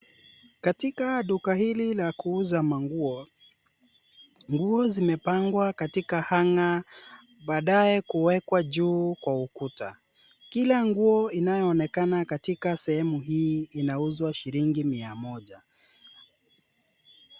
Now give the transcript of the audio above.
Katika duka hili la kuuza manguo, nguo zimepangwa katika hanger baadae kuwekwa juu kwa ukuta. Kila nguo inayoonekana katika sehemu hii inauzwa shilingi mia moja.